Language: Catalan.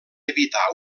evitar